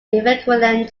equivalent